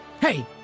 Hey